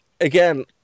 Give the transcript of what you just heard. again